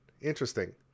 interesting